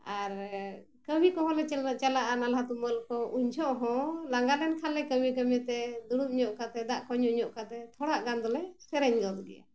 ᱟᱨ ᱠᱟᱹᱢᱤ ᱠᱚᱦᱚᱸ ᱞᱮ ᱪᱟᱞᱟᱜᱼᱟ ᱱᱟᱞᱦᱟ ᱛᱩᱢᱟᱹᱞ ᱠᱚ ᱩᱱᱡᱚᱠᱷᱚᱱ ᱦᱚᱸ ᱞᱟᱸᱜᱟ ᱞᱮᱱ ᱠᱷᱟᱱ ᱞᱮ ᱠᱟᱹᱢᱤ ᱠᱟᱹᱢᱤᱛᱮ ᱫᱩᱲᱩᱵ ᱧᱚᱜ ᱠᱟᱛᱮ ᱫᱟᱜ ᱠᱚ ᱧᱩ ᱧᱚᱜ ᱠᱟᱛᱮ ᱛᱷᱚᱲᱟ ᱜᱟᱱ ᱫᱚᱞᱮ ᱥᱮᱨᱮᱧ ᱜᱚᱫ ᱜᱮᱭᱟ